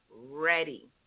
ready